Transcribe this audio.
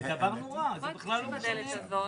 ראשית אנחנו נצביע על הרביזיה.